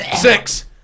six